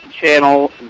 channel